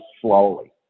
slowly